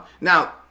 Now